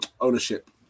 ownership